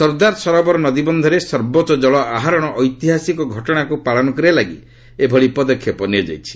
ସର୍ଦ୍ଦାର ସରୋବର ନଦୀବନ୍ଧରେ ସର୍ବୋଚ୍ଚ ଜଳ ଆହୋରଣ ଐତିହାସିକ ପ୍ରଟଣାକୁ ପାଳନ କରିବା ଲାଗି ଏଭଳି ପଦକ୍ଷେପ ନିଆଯାଇଛି